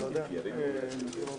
מי נמנע?